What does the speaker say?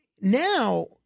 now